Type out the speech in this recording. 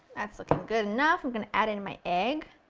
that's looking good enough, i'm going to add in my egg.